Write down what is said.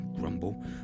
Grumble